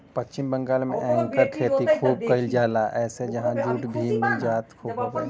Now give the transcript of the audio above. पश्चिम बंगाल में एकर खेती खूब कइल जाला एसे उहाँ जुट मिल भी खूब हउवे